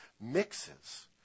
mixes